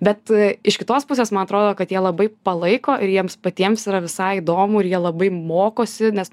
bet iš kitos pusės man atrodo kad jie labai palaiko ir jiems patiems yra visai įdomu ir jie labai mokosi nes